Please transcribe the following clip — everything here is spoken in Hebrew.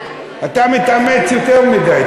אתה מתאמץ יותר מדי.